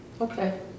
Okay